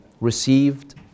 received